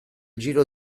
giro